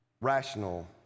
Rational